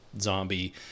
zombie